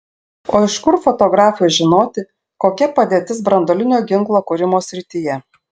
o iš kur fotografui žinoti kokia padėtis branduolinio ginklo kūrimo srityje